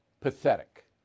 pathetic